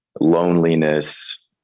loneliness